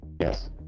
Yes